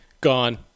Gone